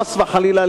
חס וחלילה,